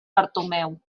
bartomeu